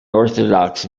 orthodox